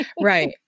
right